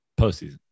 Postseason